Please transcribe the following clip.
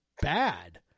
bad